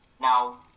now